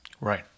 Right